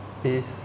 it is